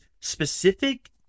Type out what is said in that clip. specific